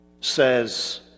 says